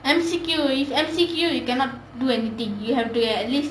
M_C_Q with M_C_Q you cannot do anything you have to get at least